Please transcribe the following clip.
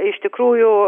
iš tikrųjų